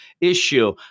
issue